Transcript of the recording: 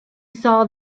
saw